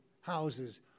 houses